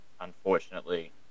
Unfortunately